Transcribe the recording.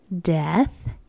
death